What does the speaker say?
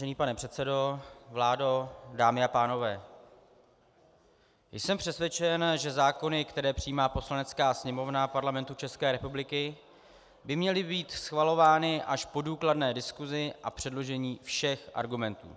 Vážený pane předsedo, vládo, dámy a pánové, jsem přesvědčen, že zákony, které přijímá Poslanecká sněmovna Parlamentu České republiky, by měly být schvalovány až po důkladné diskusi a předložení všech argumentů.